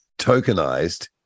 tokenized